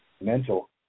mental